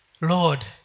Lord